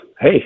Hey